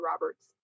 roberts